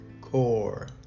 core